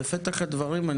בפתח הדברים,